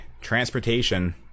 transportation